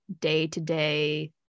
day-to-day